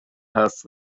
حرف